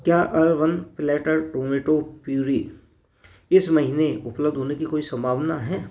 क्या urban platter tomato puree इस महीने उपलब्ध होने की कोई सम्भावना है